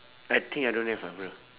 I think I don't have ah but